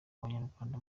abanyarwanda